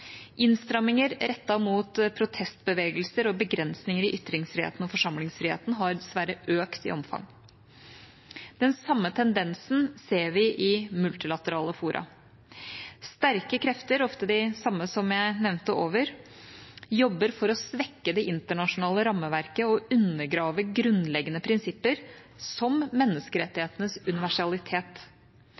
Innstramminger rettet mot protestbevegelser og begrensinger i ytringsfriheten og forsamlingsfriheten har dessverre økt i omfang. Den samme tendensen ser vi i multilaterale fora. Sterke krefter, ofte de samme som jeg nevnte over, jobber for å svekke det internasjonale rammeverket og undergrave grunnleggende prinsipper, som menneskerettighetenes universalitet.